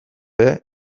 ere